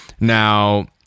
Now